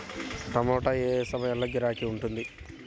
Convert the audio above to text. టమాటా ఏ ఏ సమయంలో గిరాకీ ఉంటుంది?